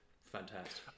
Fantastic